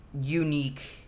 Unique